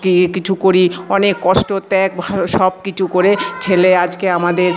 কি কিছু করি অনেক কষ্ট ত্যাগ ভা সব কিছু করে ছেলে আজকে আমাদের